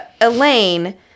elaine